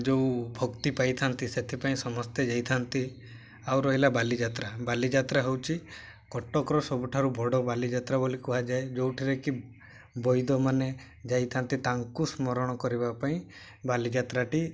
ଯେଉଁ ଭକ୍ତି ପାଇଥାନ୍ତି ସେଥିପାଇଁ ସମସ୍ତେ ଯାଇଥାନ୍ତି ଆଉ ରହିଲା ବାଲିଯାତ୍ରା ବାଲିଯାତ୍ରା ହଉଛି କଟକର ସବୁଠାରୁ ବଡ଼ ବାଲିଯାତ୍ରା ବୋଲି କୁହାଯାଏ ଯେଉଁଥିରେ କି ବୈଦମାନେ ଯାଇଥାନ୍ତି ତାଙ୍କୁ ସ୍ମରଣ କରିବା ପାଇଁ ବାଲିଯାତ୍ରାଟି